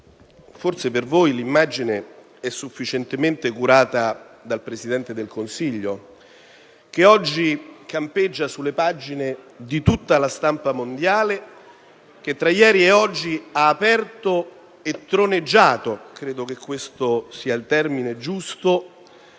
forse, per voi, l'immagine è sufficientemente curata dal Presidente del Consiglio, che oggi campeggia sulle pagine di tutta la stampa mondiale, che tra ieri e oggi ha troneggiato - credo che questo sia il termine giusto